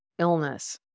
illness